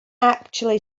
actually